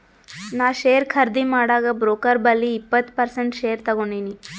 ನಾ ಶೇರ್ ಖರ್ದಿ ಮಾಡಾಗ್ ಬ್ರೋಕರ್ ಬಲ್ಲಿ ಇಪ್ಪತ್ ಪರ್ಸೆಂಟ್ ಶೇರ್ ತಗೊಂಡಿನಿ